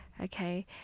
okay